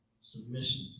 Submission